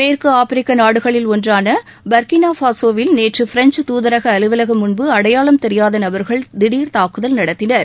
மேற்கு ஆப்பிரிக்கா நாடுகளில் ஒன்றான பர்கினா பாசோ வில் நேற்று பிரெஞ்சு துதரக அலுவலகம் முன்பு அடையாளம் தெியாத நபர்கள் திடர் தாக்குதல் நடத்தினர்